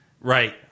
Right